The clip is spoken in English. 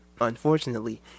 unfortunately